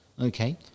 okay